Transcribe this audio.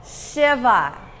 Shiva